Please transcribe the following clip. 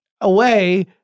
away